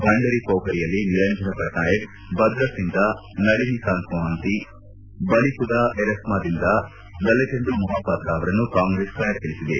ಭಂಡರಿಪೊಖರಿಯಲ್ಲಿ ನಿರಂಜನ ಪಟ್ನಾಯಕ್ ಭದ್ರಕ್ನಿಂದ ನಲಿನಿಕಾಂತ್ ಮೊಹಂತಿ ಬಲಿಕುದ ಎರಸ್ಸಾದಿಂದ ಲಲೆತೆಂಡು ಮೊಹಾಪಾತ್ರ ಅವರನ್ನು ಕಾಂಗ್ರೆಸ್ ಕಣಕ್ಕಿಳಿಸಿದೆ